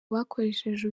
bakoresheje